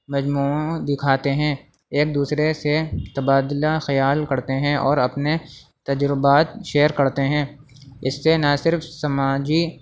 مجموعوں میں دکھاتے ہیں ایک دوسرے سے تبادلہ خیال کرتے ہیں اور اپنے تجربات شیئر کرتے ہیں اس سے نہ صرف سماجی